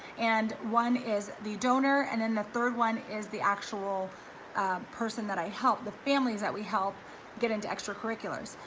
and one is the donor, and then the third one is the actual person that i helped, the families families that we help get into extracurriculars.